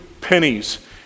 pennies